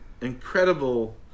incredible